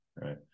right